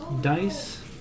dice